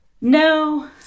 No